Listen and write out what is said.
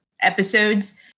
episodes